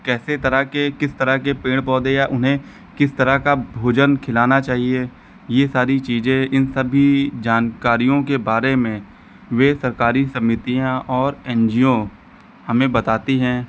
किस तरह के किस तरह के पेड़ पौधे या उन्हें किस तरह का भोजन खिलाना चाहिए यह सारी चीज़ें इन सभी जानकारियों के बारे में यह सरकारी समितियाँ और एन जी ओ हमें बताती हैं